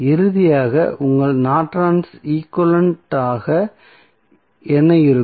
இறுதியாக உங்கள் Norton's equivalent ஆக என்ன இருக்கும்